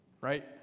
right